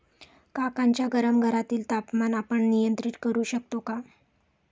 काकांच्या गरम घरातील तापमान आपण नियंत्रित करु शकतो का?